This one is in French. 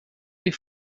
les